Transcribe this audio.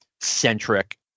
centric